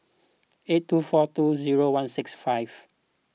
eight two four two zero one six five